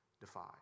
defied